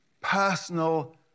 personal